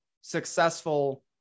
successful